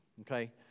okay